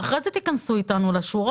ואחרי זה תיכנסו אתנו לשורות.